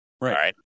Right